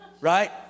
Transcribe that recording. Right